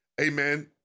amen